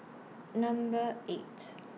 Number eight